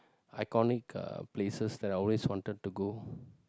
iconic uh places that I always wanted to go